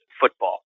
football